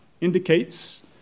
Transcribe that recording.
indicates